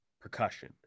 percussion